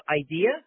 idea